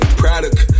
product